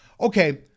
okay